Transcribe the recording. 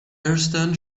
kirsten